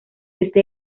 este